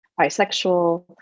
bisexual